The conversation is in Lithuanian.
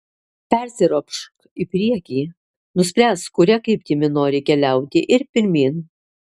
persiropšk į priekį nuspręsk kuria kryptimi nori keliauti ir pirmyn